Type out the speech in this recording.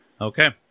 Okay